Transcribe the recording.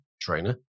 trainer